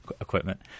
equipment